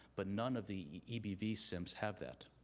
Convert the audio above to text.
but none of the ebv cimps have that,